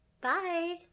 bye